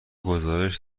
گزارش